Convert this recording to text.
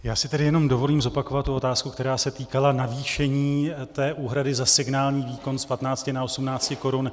Já si tedy jenom dovolím zopakovat otázku, která se týkala navýšení úhrady za signální výkon z 15 na 18 korun.